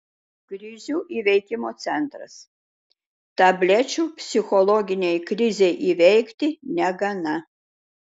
krizių įveikimo centras tablečių psichologinei krizei įveikti negana